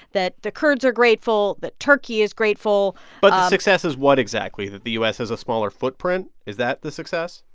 that the kurds are grateful, that turkey is grateful but the success is what exactly that the u s. has a smaller footprint? is that the success?